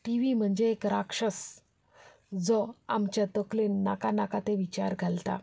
T V म्हणचे एक राक्षस जो आमच्या तकलेंत नाका नाका ते विचार घालता